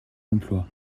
emploi